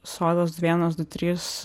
sodos du vienas du trys